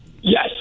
Yes